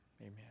Amen